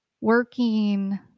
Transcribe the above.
working